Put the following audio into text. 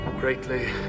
greatly